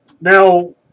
Now